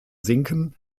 sinken